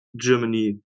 Germany